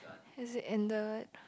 has it ended